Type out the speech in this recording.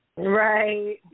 Right